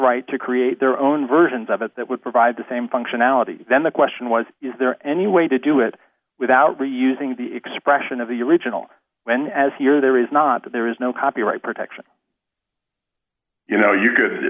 right to create their own versions of it that would provide the same functionality then the question was is there any way to do it without reusing the expression of the original when as here there is not that there is no copyright protection you know you could